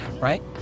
right